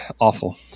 awful